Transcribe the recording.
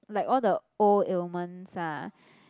like all the old illments ah